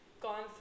gone